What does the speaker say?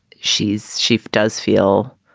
she's she does feel